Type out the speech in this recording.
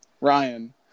Ryan